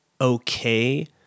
okay